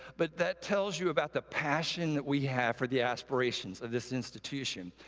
but that tells you about the passion that we have for the aspirations of this institution.